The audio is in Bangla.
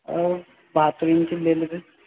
ও বাহাত্তর ইঞ্চি নিয়ে নেবে